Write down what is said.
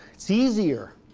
it's easier